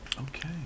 Okay